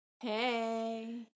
Hey